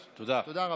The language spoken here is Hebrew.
כולם, כל הדרך,